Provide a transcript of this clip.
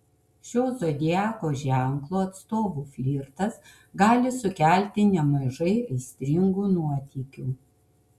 šio zodiako ženklo atstovų flirtas gali sukelti nemažai aistringų nuotykių